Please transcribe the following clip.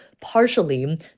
partially